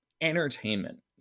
entertainment